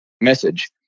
message